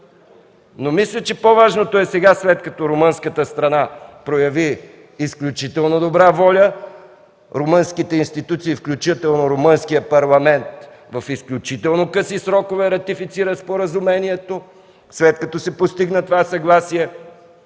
Но мисля, че по-важното е сега, след като румънската страна прояви изключително добра воля, румънските институции, включително румънският парламент в изключително къси срокове ратифицира споразумението, след като се постигна това съгласие